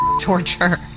torture